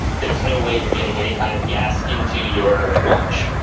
there's no way you're getting any kind of gas into your watch.